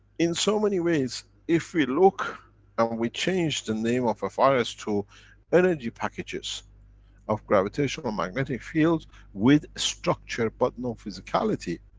in so many ways, if we look and we change the name of a virus to energy packages of gravitational magnetic fields with structure but no physicality,